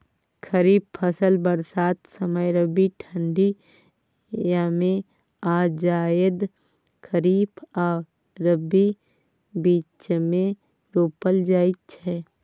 खरीफ फसल बरसात समय, रबी ठंढी यमे आ जाएद खरीफ आ रबीक बीचमे रोपल जाइ छै